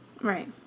Right